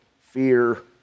fear